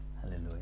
hallelujah